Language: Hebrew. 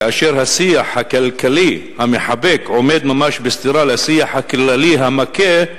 כאשר השיח הכלכלי המחבק עומד ממש בסתירה לשיח הכללי המכה,